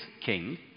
king